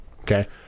Okay